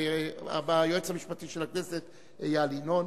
היועץ המשפטי של הכנסת איל ינון,